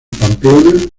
pamplona